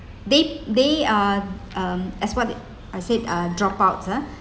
they they uh um as what I said uh dropouts ah